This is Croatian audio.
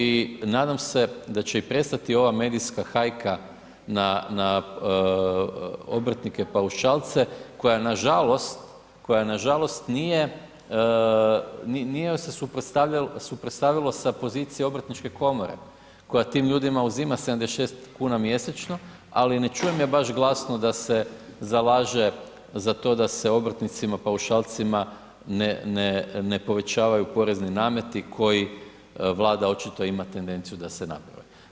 I nadam se da će i prestati ova medijska hajka na obrtnike, paušalce koja nažalost nije, nije joj se suprotstavilo sa pozicije obrtničke komore koja tim ljudima uzima 76 kuna mjesečno, ali ne čujem je baš glasno da se zalaže za to da se obrtnicima, paušalcima ne povećavaju porezni nameti koje Vlada očito ima tendenciju da se naprave.